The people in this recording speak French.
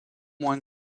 moins